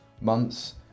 months